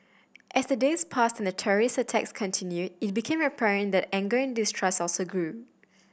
as the days passed and the terrorist attacks continued it became apparent that anger and distrust also grew